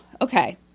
okay